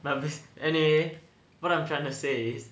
but this anyway I'm trying to say